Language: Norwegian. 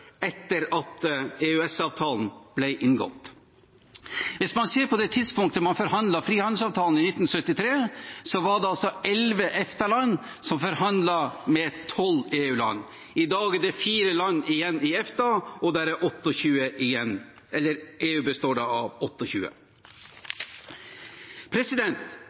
etter at EØS-avtalen ble inngått. Hvis man ser på det tidspunktet da man forhandlet frihandelsavtalen i 1973, var det elleve EFTA-land som forhandlet med tolv EU-land. I dag er det fire land igjen i EFTA, og